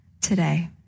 today